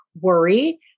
worry